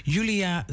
Julia